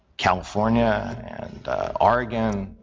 california and oregon,